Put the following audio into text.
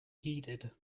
heeded